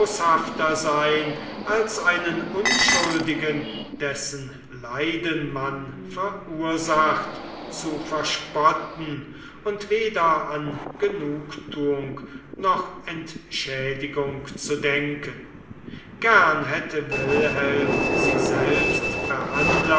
sein als einen unschuldigen dessen leiden man verursacht zu verspotten und weder an genugtuung noch entschädigung zu denken gern hätte wilhelm sie selbst